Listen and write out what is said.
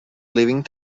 leaving